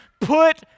put